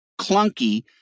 clunky